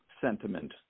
sentiment